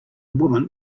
woman